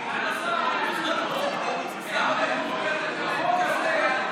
יושב-ראש הוועדה, הוא מנהל את הוועדה.